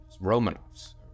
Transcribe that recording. Romanovs